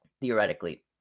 theoretically